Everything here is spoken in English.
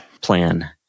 Plan